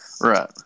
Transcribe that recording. Right